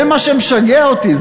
זה מה שמשגע אותי.